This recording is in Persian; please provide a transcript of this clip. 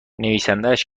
نویسندهاش